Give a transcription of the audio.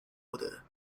order